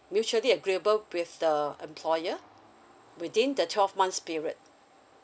mutually agreeable with the employer within the twelve months period